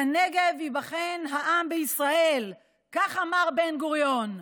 בנגב ייבחן העם בישראל, כך אמר בן-גוריון.